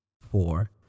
Four